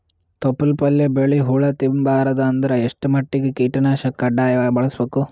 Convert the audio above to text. ತೊಪ್ಲ ಪಲ್ಯ ಬೆಳಿ ಹುಳ ತಿಂಬಾರದ ಅಂದ್ರ ಎಷ್ಟ ಮಟ್ಟಿಗ ಕೀಟನಾಶಕ ಕಡ್ಡಾಯವಾಗಿ ಬಳಸಬೇಕು?